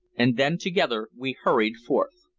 and then together we hurried forth.